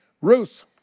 Ruth